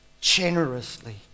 generously